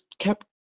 kept